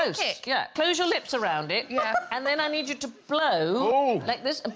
so kick. yeah close your lips around it yeah, and then i need you to blow. oh like this and